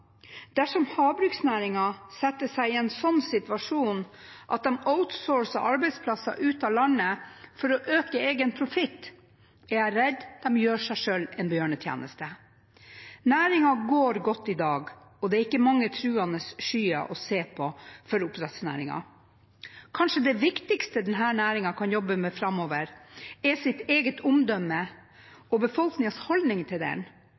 Dersom havbruksnæringen setter seg i en slik situasjon at de outsourcer arbeidsplasser ut av landet for å øke egen profitt, er jeg redd de gjør seg selv en bjørnetjeneste. Næringen går godt i dag, og det er ikke mange truende skyer å se for oppdrettsnæringen. Kanskje det viktigste denne næringen kan jobbe med framover, er sitt eget omdømme og befolkningens holdning til den.